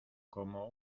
como